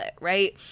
Right